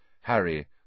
Harry